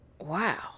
Wow